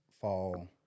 fall